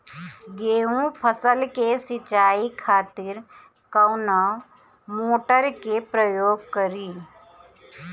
गेहूं फसल के सिंचाई खातिर कवना मोटर के प्रयोग करी?